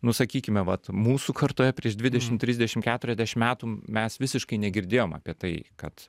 nu sakykime vat mūsų kartoje prieš dvidešim trisdešim keturiasdešim metų mes visiškai negirdėjom apie tai kad